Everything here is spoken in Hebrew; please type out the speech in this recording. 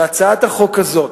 שהצעת החוק הזאת,